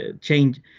change